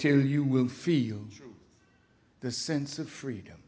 to you will feel the sense of freedom